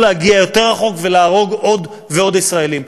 להגיע יותר רחוק ולהרוג עוד ועוד ישראלים.